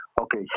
okay